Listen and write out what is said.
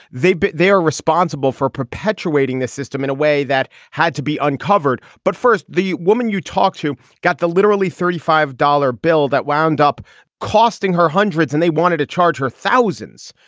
they but they are responsible for perpetuating this system in a way that had to be uncovered. but first, the woman you talked to got the literally thirty five dollar bill that wound up costing her hundreds and they wanted to charge her thousands.